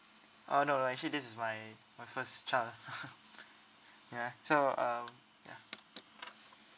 uh no no actually this is my my first child ya so um ya